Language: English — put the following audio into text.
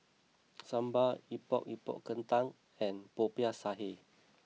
Sambal Epok Epok Kentang and Popiah Sayur